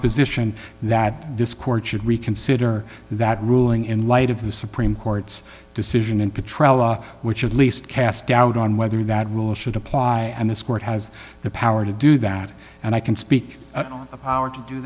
position that this court should reconsider that ruling in light of the supreme court's decision in patrol law which at least cast doubt on whether that rule should apply and this court has the power to do that and i can speak of power to do